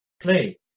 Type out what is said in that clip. play